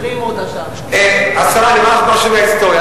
החרימו אותה שם, השרה, אומר לך משהו מההיסטוריה.